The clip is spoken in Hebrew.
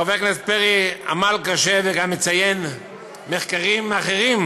חבר הכנסת פרי עמל קשה, וגם מציין מחקרים אחרים,